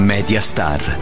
Mediastar